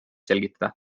selgitada